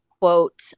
quote